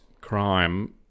crime